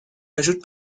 ajoute